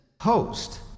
host